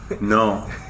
No